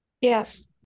yes